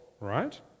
right